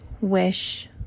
wish